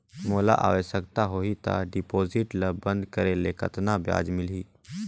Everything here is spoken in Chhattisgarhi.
मोला आवश्यकता होही त डिपॉजिट ल बंद करे ले कतना ब्याज मिलही?